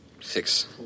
Six